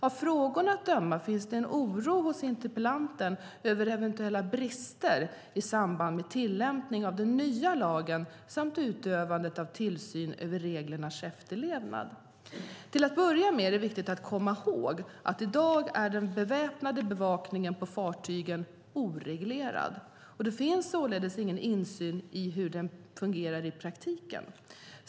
Av frågorna att döma finns det en oro hos interpellanten över eventuella brister i samband med tillämpning av den nya lagen samt utövandet av tillsyn över reglernas efterlevnad. Till att börja med är det viktigt att komma ihåg att i dag är den beväpnade bevakningen på fartygen oreglerad, och det finns således ingen insyn i hur den fungerar i praktiken.